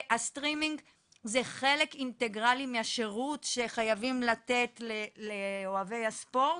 הסטרימינג הוא חלק אינטגרלי מהשירות שחייבים לתת לאוהבי הספורט,